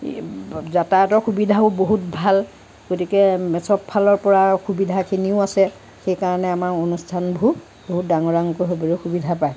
যাতায়তৰ সুবিধাও বহুত ভাল গতিকে চ'বফালৰ পৰা সুবিধাখিনিও আছে সেইকাৰণে আমাৰ অনুষ্ঠানবোৰ বহুত ডাঙৰ ডাঙৰকৈ হ'বলৈ সুবিধা পায়